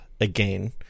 again